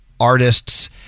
artists